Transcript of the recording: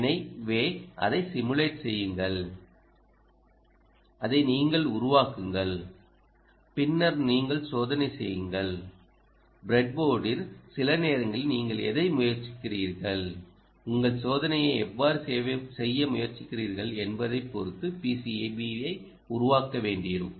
எனவே அதை சிமுலேட் செய்யுங்கள் அதை நீங்கள் உருவாக்குங்கள் பின்னர் நீங்கள் சோதனை செய்யுங்கள் ப்ரெட்போர்டில் சில நேரங்களில் நீங்கள் எதை முயற்சிக்கிறீர்கள் உங்கள் சோதனையை எவ்வாறு செய்ய முயற்சிக்கிறீர்கள் என்பதைப் பொறுத்து PCBயை உருவாக்க வேண்டியிருக்கும்